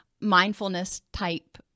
mindfulness-type